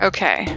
Okay